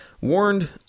warned